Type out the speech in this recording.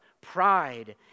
pride